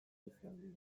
izan